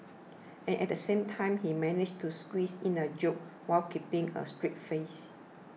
and at the same time he managed to squeeze in a joke while keeping a straight face